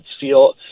feel